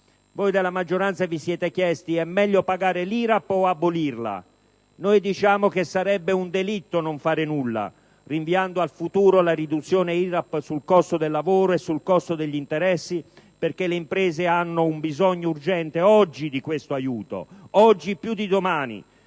Voi della maggioranza vi siete chiesti: è meglio pagare l'IRAP o abolirla? Noi diciamo che sarebbe un delitto non fare nulla, rinviando al futuro la riduzione IRAP sul costo del lavoro e sul costo degli interessi, perché le imprese hanno un bisogno urgente di questo aiuto, oggi più di domani,